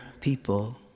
people